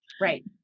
Right